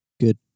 good